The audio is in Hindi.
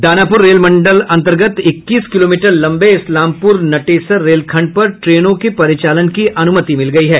दानापुर रेल मंडल अन्तर्गत इक्कीस किलोमीटर लम्बे इस्लामपुर नटेसर रेलखंड पर ट्रेनों की परिचालन की अनुमति मिल गयी है